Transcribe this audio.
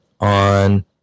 on